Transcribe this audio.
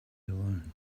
alone